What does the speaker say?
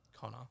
Connor